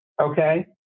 okay